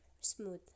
smooth